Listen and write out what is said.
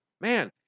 Man